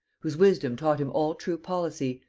whose wisdom taught him all true policy,